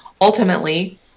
ultimately